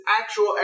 actual